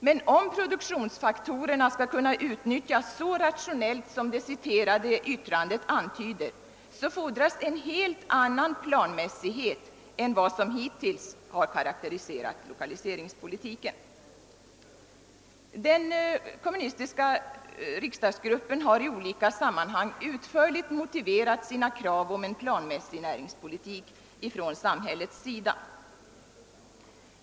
Men om produktionsfaktorerna skall kunna utnyttjas så rationellt som det citerade uttalandet antyder, fordras en helt annan planmässighet än den som hittills har karakteriserat lokaliseringspolitiken. Den kommunistiska riksdagsgruppen har i olika sammanhang utförligt motiverat sina krav på en planmässig näringspolitik från samhällets sida.